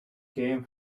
came